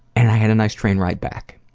and i had a nice train ride back.